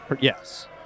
Yes